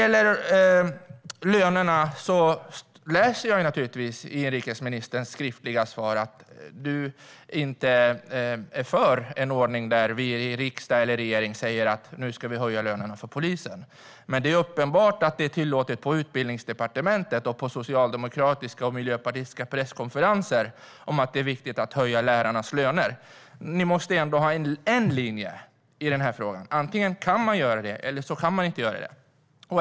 Jag läser i inrikesministerns skriftliga svar att han inte är för en ordning där riksdag eller regering säger att lönerna för polisen ska höjas. Men det är uppenbart att det är tillåtet att på Utbildningsdepartementet och på socialdemokratiska och miljöpartistiska presskonferenser säga att det är viktigt att höja lärarnas löner. Ni måste ändå ha en linje i den här frågan. Antingen kan man göra det, eller också kan man inte göra det.